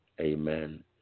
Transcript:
Amen